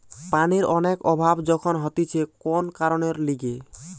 পানির অনেক অভাব যখন হতিছে কোন কারণের লিগে